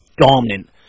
dominant